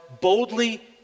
boldly